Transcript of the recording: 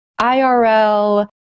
IRL